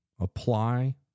apply